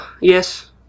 Yes